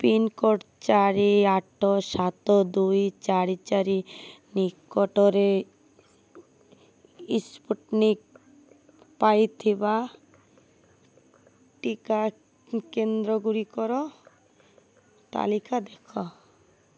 pincode ଚାରି ଆଠ ସାତ ଦୁଇ ଚାରି ଚାରି ନିକଟରେ ସ୍ପୁଟନିକ୍ ପାଇଁ ଥିବା ଟିକା କେନ୍ଦ୍ରଗୁଡ଼ିକର ତାଲିକା ଦେଖାଅ